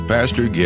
Pastor